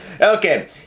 Okay